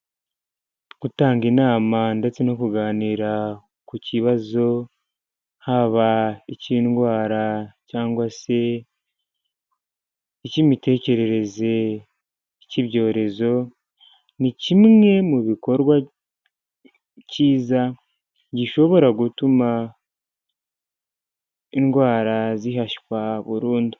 Gutanga inama ndetse no kuganira ku kibazo haba icy'indwara cyangwa se icy'imitekerereze k'ibyorezo ni kimwe mu bikorwa cyiza gishobora gutuma indwara zihashywa burundu.